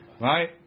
Right